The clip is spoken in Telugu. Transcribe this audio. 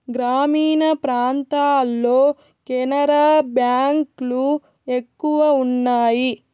గ్రామీణ ప్రాంతాల్లో కెనరా బ్యాంక్ లు ఎక్కువ ఉన్నాయి